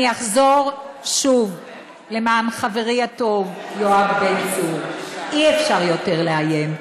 אני אחזור שוב למען חברי הטוב יואב בן צור: אי-אפשר יותר לאיים.